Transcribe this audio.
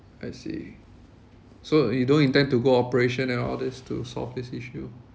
I see so you don't intend to go operation and all this to solve this issue